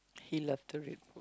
he love to read